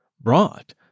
brought